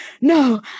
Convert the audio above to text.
no